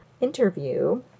interview